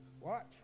Watch